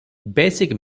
basic